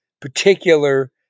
particular